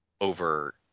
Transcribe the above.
over